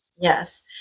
Yes